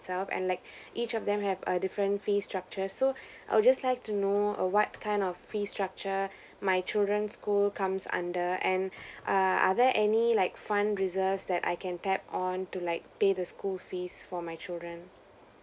itself and like each of them have a different fee structure so I'll just like to know err what kind of fee structure my children school comes under and err are there any like fund reserves that I can tap on to like pay the school fees for my children